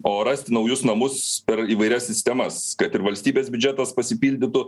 o rasti naujus namus per įvairias sistemas kad ir valstybės biudžetas pasipildytų